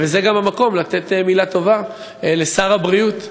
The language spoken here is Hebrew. וזה גם המקום לומר מילה טובה לשר הבריאות,